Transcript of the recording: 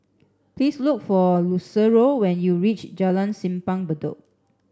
please look for Lucero when you reach Jalan Simpang Bedok